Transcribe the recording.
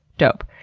dope.